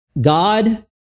God